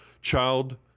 child